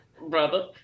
brother